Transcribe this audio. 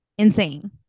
Insane